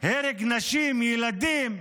הרג נשים, ילדים,